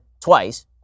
twice